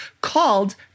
called